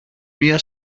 μια